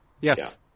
Yes